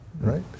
right